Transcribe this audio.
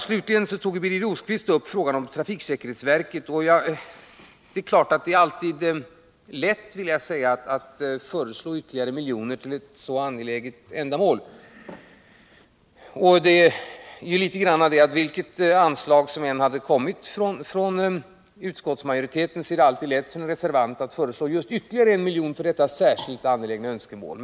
Birger Rosqvist tog upp frågan om trafiksäkerhetsverket. Det är klart att det alltid är lätt att föreslå ytterligare miljoner till ett så angeläget ändamål. Vilket förslag som än hade kommit från utskottsmajoriteten är det lätt för en reservant att föreslå ytterligare 1 miljon till detta särskilt angelägna ändamål.